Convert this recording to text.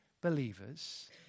believers